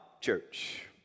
church